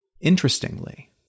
Interestingly